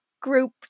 group